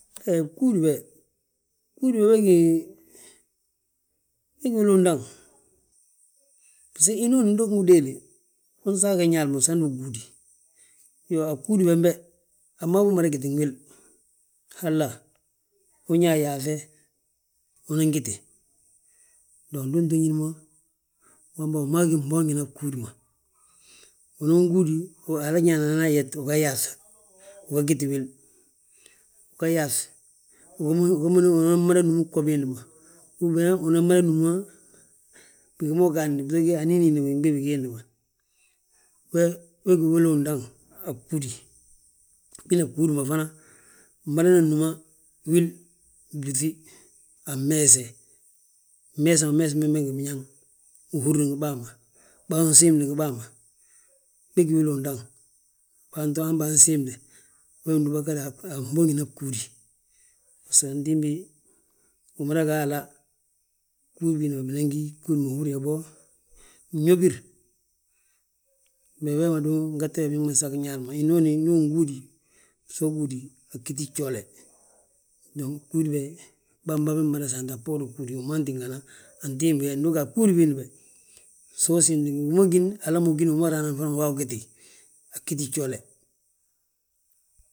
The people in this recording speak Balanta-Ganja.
He bgúudi be, bgúudi be bégi, wilu undaŋ. Biso, hínooni ndu ugú udéele, unsage Ñaali ma samdu ugúudi. Iyoo, a bgúudi bembe, a wi maa wi umada gitini wil, hala? unyayaaŧe, unan giti; Don ndu unto ñín mo, wembe wi maa ggí fmbonjinan bgúudi ma. Unan gúudi Haala ñaanan ayet, ugaŧ uga giti wil, uga yaaŧ inan mada númi bgo biindi ma. Uben unan mada núma bigi ma ugaadni, anín hiindi ma ngi gbii bigiindi ma. We we gí wili undaŋ a bgúudi, bina bgúudi ma fana, bmadana núma wil, blúŧi a mmeese, mmeese ma umeesim be ngi biñaŋ. Uhúri ngi bàa ma, baa ma siimli ngi bàa ma, we gí wili undaŋ. Baanto han baansiimde, we undúba gada a fboonjinan bgúdi, baso antimbi umada ga hala bgúudi biindi ma binan gí bgúudi ma húrin yaa bo, bñobir. Mee, wee ma du ngete wee binaŋ ma nsaag Ñaali ma. Hinooni ndu ungúudi, so ugúudi a ggíti gjoole, mbo bgúudi be bamba mmada saantina a bboorin bgúudi be wiman tíngana antimbi he, ndu uga a bgúudi biindi be so usiimdi ngi bigi ma gini hala ugini wi ma raanan ugaa wi giti, a ggíti gjoole.